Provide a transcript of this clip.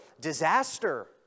disaster